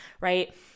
right